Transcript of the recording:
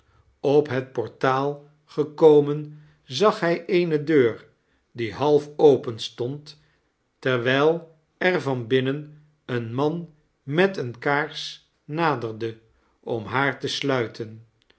op liet portaal gekomen zag hij eene deiir die half open sttnd terwiji er van binnen een man met eene kaars naderde om haar te sluiten